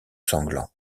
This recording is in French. sanglant